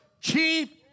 chief